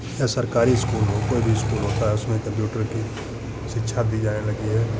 या सरकारी इस्कूल हो कोई भी इस्कूल हो चाहे उसमें कम्प्यूटर की शिक्षा दी जाने लगी है